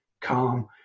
calm